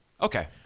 okay